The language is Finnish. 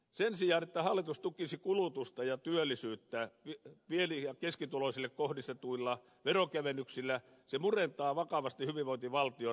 sen sijaan että hallitus tukisi kulutusta ja työllisyyttä pieni ja keskituloisille kohdistetuilla veronkevennyksillä se murentaa vakavasti hyvinvointivaltion rahoituspohjaa